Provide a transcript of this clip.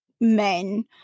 men